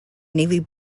navy